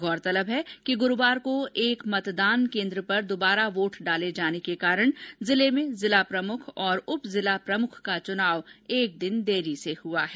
गौरतलब है कि गुरूवार को एक मतदान केन्द्र पर पुनर्मतदान के कारण जिले में जिला प्रमुख उप जिला प्रमुख का चुनाव एक दिन देरी से हुआ है